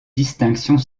distinctions